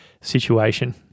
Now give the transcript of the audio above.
situation